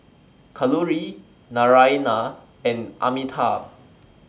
Kalluri Naraina and Amitabh